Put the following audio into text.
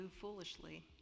foolishly